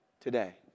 today